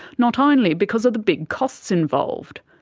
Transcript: not only because of the big costs involved,